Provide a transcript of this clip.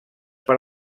per